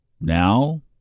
Now